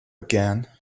again